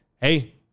hey